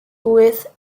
with